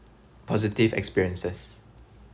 positive experiences